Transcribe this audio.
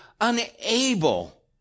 unable